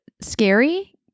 scary